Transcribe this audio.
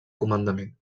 comandament